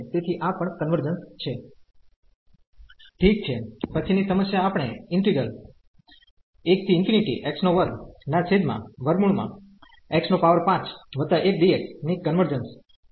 તેથીઆ પણ કન્વર્જન્સ છે ઠીક છે પછી ની સમસ્યા આપણે ઈન્ટિગ્રલ ની કન્વર્જન્સ કસોટી કરીશું